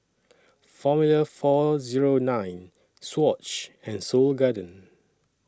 Formula four Zero nine Swatch and Seoul Garden